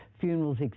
funerals